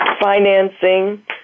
financing